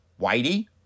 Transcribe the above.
Whitey